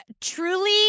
truly